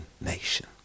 nation